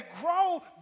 grow